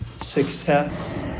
success